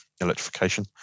electrification